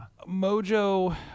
mojo